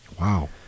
Wow